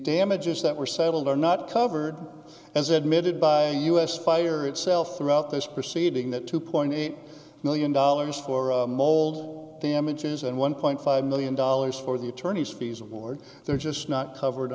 damages that were settled are not covered as admitted by us fire itself throughout this proceeding that two point eight million dollars for mold damages and one point five million dollars for the attorneys fees or they're just not covered